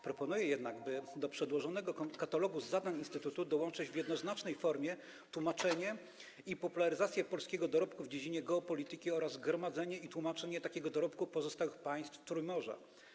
Proponuję jednak, by do przedłożonego katalogu zadań instytutu dołączyć w jednoznacznej formie tłumaczenie i popularyzację polskiego dorobku w dziedzinie geopolityki oraz gromadzenie i tłumaczenie takiego dorobku pozostałych państw Trójmorza.